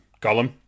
Gollum